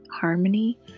harmony